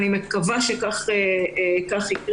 אני מקווה שכך יקרה.